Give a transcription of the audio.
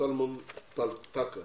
וסלומון טקה